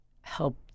help